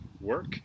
work